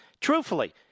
Truthfully